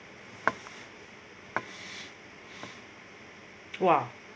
!wah!